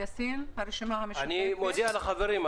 אני מודיע לחברים.